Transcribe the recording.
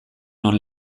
non